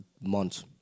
months